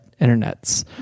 internets